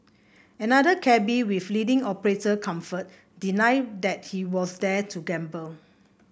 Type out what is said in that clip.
another cabby with leading operator Comfort denied that he was there to gamble